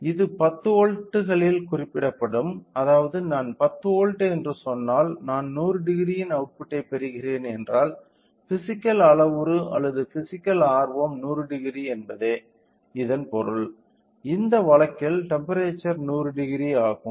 இது 10 வோல்ட்டுகளில் குறிப்பிடப்படும் அதாவது நான் 10 வோல்ட் என்று சொன்னால் நான் 1000 இன் அவுட்புட்டைப் பெறுகிறேன் என்றால் பிஸிக்கல் அளவுரு அல்லது பிஸிக்கல் ஆர்வம் 1000 என்பதே இதன் பொருள் இந்த வழக்கில் டெம்ப்பெரேச்சர் 1000 ஆகும்